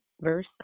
verse